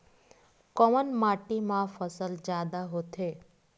कोन माटी मा फसल जादा होथे?